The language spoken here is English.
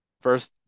first